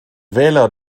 wähler